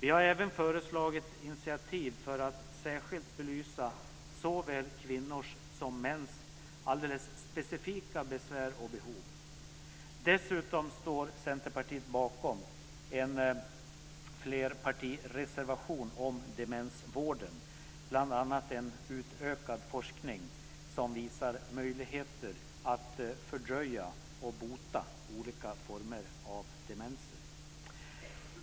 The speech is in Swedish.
Vi har även föreslagit initiativ för att särskilt belysa såväl kvinnors som mäns alldeles specifika besvär och behov. Dessutom står Centerpartiet bakom en flerpartireservation om demensvården. Den handlar bl.a. om en utökad forskning som visar möjligheter att fördröja och bota olika former av demenser.